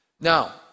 now